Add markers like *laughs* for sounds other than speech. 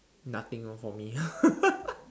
nothing orh for me *laughs*